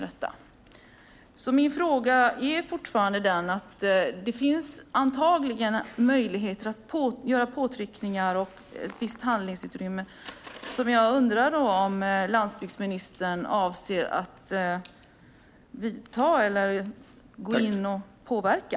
Det finns antagligen möjligheter för påtryckningar och ett visst handlingsutrymme. Jag undrar därför om landsbygdsministern avser att påverka.